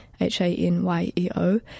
H-A-N-Y-E-O